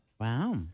Wow